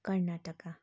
Karnataka